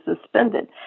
suspended